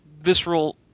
visceral